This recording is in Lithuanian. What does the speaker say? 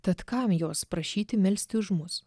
tad kam jos prašyti melsti už mus